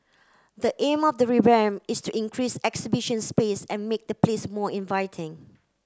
the aim of the revamp is to increase exhibition space and make the place more inviting